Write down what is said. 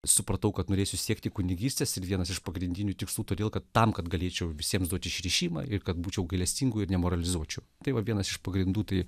supratau kad norėsiu siekti kunigystės ir vienas iš pagrindinių tikslų todėl kad tam kad galėčiau visiems duoti išrišimą ir kad būčiau gailestingu ir nemoralizuočiau tai va vienas iš pagrindų tai